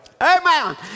Amen